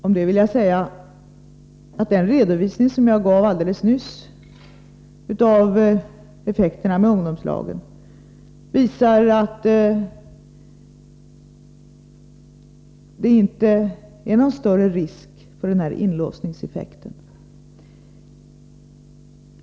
Om det vill jag säga att den redovisning som jag gav alldeles nyss rörande effekterna av ungdomslagen visar att det inte är någon större risk för den här inlåsningseffekten.